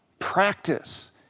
practice